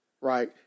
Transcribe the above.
right